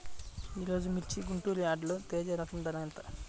ఈరోజు మిర్చి గుంటూరు యార్డులో తేజ రకం ధర ఎంత?